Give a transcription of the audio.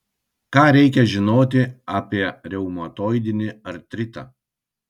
ką reikia žinoti apie reumatoidinį artritą